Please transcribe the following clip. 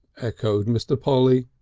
echoed mr. polly.